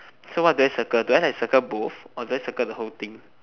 so what do I circle do I like circle both or do I circle the whole thing